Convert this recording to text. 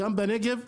כולל בנגב,